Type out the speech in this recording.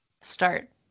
start